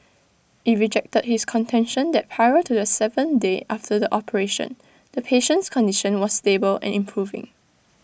IT rejected his contention that prior to the seventh day after the operation the patient's condition was stable and improving